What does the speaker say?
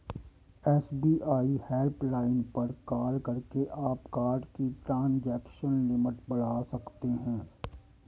SBI helpline पर call करके आप कार्ड की ट्रांजैक्शन लिमिट बढ़ा सकते हैं